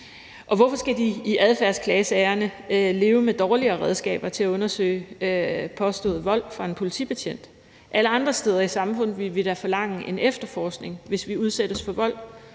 Og hvorfor skal de i adfærdsklagesagerne leve med dårligere redskaber til at undersøge påstået vold fra en politibetjent? Alle andre steder i samfundet vil vi da forlange en efterforskning, hvis vi udsættes for vold.